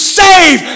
save